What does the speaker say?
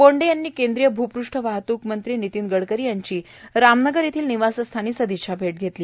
बोंडे यांनी केंद्रीय भूपृष्ठ वाहतूक मंत्री नितीन गडकरी यांची रामनगर येथील निवासस्थानी सदिच्छा भेट घेतली